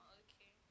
okay